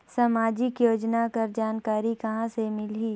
समाजिक योजना कर जानकारी कहाँ से मिलही?